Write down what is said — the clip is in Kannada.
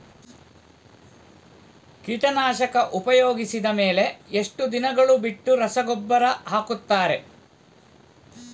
ಕೀಟನಾಶಕ ಉಪಯೋಗಿಸಿದ ಮೇಲೆ ಎಷ್ಟು ದಿನಗಳು ಬಿಟ್ಟು ರಸಗೊಬ್ಬರ ಹಾಕುತ್ತಾರೆ?